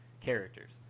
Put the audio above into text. characters